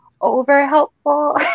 over-helpful